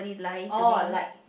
oh like